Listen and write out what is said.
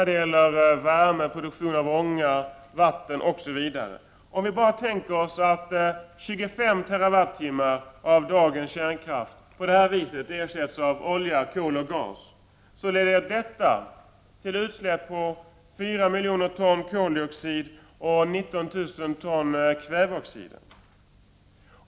Det gäller värmeproduktion, produktion av ånga och vatten osv. Om vi tänker oss att 25 TWh av dagens kärnkraftsenergi på detta sätt ersätts av olja, kol och gas, leder detta till utsläpp av fyra miljoner ton koldioxid och 19000 ton kväveoxider.